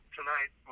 tonight